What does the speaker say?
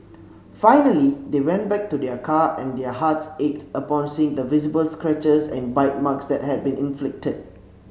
finally they went back to their car and their hearts ached upon seeing the visible scratches and bite marks that had been inflicted